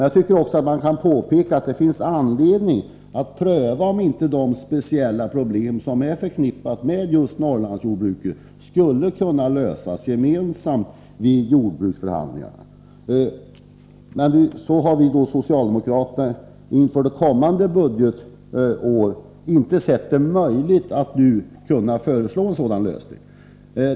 Jag tycker att man kan påpeka att det finns anledning att pröva om inte de speciella problem som är förknippade med Norrlandsjordbruket skulle kunna lösas gemensamt i samband med jordbruksförhandlingarna, men från socialdemokratiskt håll har vi inte sett det möjligt att inför kommande budgetår lägga fram ett sådant förslag.